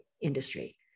industry